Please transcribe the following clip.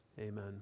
amen